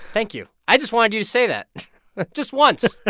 thank you. i just wanted you to say that just once ah